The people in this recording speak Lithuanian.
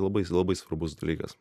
labai labai svarbus dalykas